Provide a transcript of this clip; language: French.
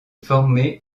formée